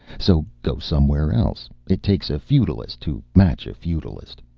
so go somewhere else. it takes a feudalist to match a feudalist.